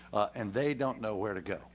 and they don't know where to go.